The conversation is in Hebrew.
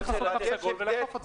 צריך לעשות תו סגול ולאכוף את זה.